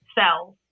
cells